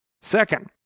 Second